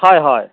হয় হয়